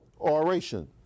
oration